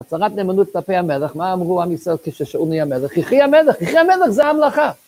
הצהרת נאמנות כלפי המלך, מה אמרו עם ישראל כששאול נהיה מלך? יחי המלך! יחי המלך זה ההמלכה.